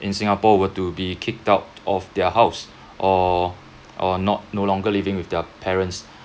in singapore were to be kicked out of their house or or not no longer living with their parents